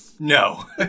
No